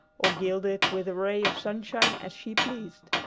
or gild it with a ray of sunshine as she pleased.